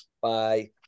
Bye